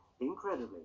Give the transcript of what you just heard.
Incredibly